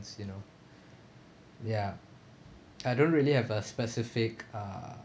you know ya I don't really have a specific uh